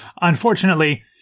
Unfortunately